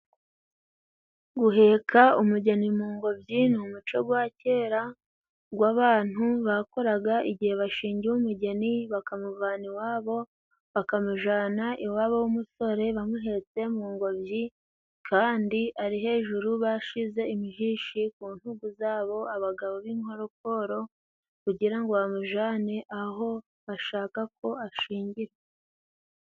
Guheka umugeni mu ngobyi ni umuco gwa kera gw'abantu bakoraga igihe bashingiye umugeni ,bakamuvana iwabo bakamujana iwabo w'umusore bamuhetse mu ngobyi kandi ari hejuru ,bashize imijishi ku ntugu zabo abagabo b'inkorokoro, kugira ngo bamujane aho bashakako ashingirwa.